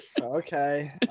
Okay